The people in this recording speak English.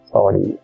Sorry